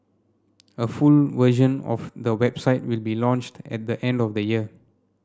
a full version of the website will be launched at the end of the year